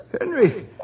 Henry